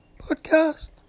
Podcast